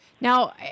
Now